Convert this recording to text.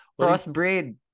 Crossbreed